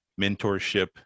mentorship